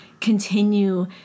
continue